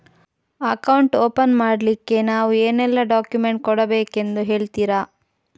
Account open ಮಾಡ್ಲಿಕ್ಕೆ ನಾವು ಏನೆಲ್ಲ ಡಾಕ್ಯುಮೆಂಟ್ ಕೊಡಬೇಕೆಂದು ಹೇಳ್ತಿರಾ?